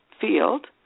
field